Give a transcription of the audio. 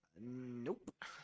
Nope